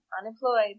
Unemployed